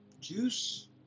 juice